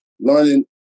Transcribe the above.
learning